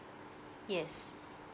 yes